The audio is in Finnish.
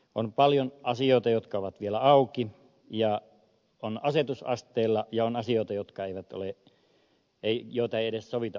on paljon asioita jotka ovat vielä auki ja ovat asetusasteella ja on asioita joita ei edes sovita asetuksella